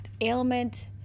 ailment